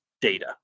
data